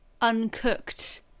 uncooked